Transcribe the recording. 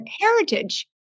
heritage